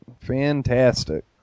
fantastic